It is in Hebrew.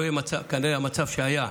המצב כנראה לא יהיה המצב שהיה.